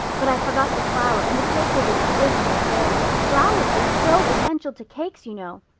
but i forgot the flour and the cake was a dismal failure. flour is so essential to cakes, you know.